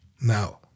Now